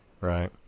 right